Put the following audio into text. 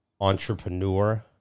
entrepreneur